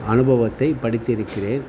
அனுபவத்தைப் படித்திருக்கிறேன்